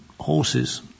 horses